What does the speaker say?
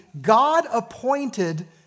God-appointed